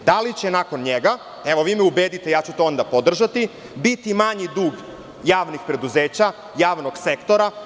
Da li će nakon njega, evo vi me ubedite, ja ću to onda podržati, biti manji dug javnih preduzeća, javnog sektora?